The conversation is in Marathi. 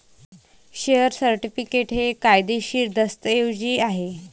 शेअर सर्टिफिकेट हे कायदेशीर दस्तऐवज आहे